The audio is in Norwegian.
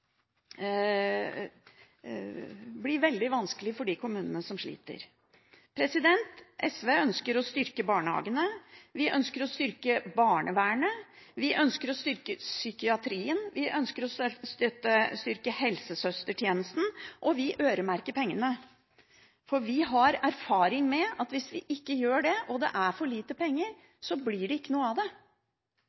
blir veldig vanskelig for de kommunene som sliter. SV ønsker å styrke barnehagene. Vi ønsker å styrke barnevernet. Vi ønsker å styrke psykiatrien. Vi ønsker å styrke helsesøstertjenesten. Vi øremerker pengene, for vi har erfaring med at hvis vi ikke gjør det, og det er for lite penger, så blir det ikke noe av det.